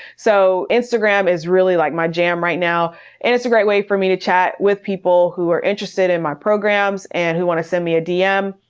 so instagram is really like my jam right now and it's a great way for me to chat with people who are interested in my programs and who want to send me a dm.